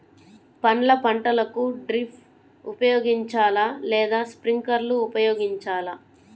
పండ్ల పంటలకు డ్రిప్ ఉపయోగించాలా లేదా స్ప్రింక్లర్ ఉపయోగించాలా?